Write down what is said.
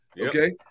Okay